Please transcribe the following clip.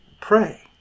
pray